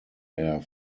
air